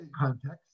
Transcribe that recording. context